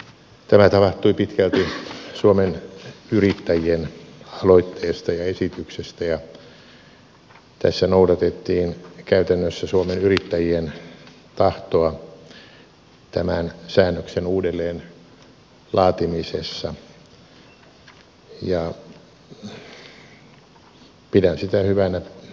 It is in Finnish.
tämä tapahtui pitkälti suomen yrittäjien aloitteesta ja esityksestä ja tässä noudatettiin käytännössä suomen yrittäjien tahtoa tämän säännöksen uudelleen laatimisessa ja pidän sitä hyvänä